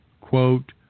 quote